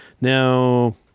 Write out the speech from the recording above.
Now